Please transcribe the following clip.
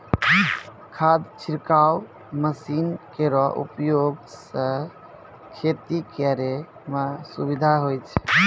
खाद छिड़काव मसीन केरो उपयोग सँ खेती करै म सुबिधा होय छै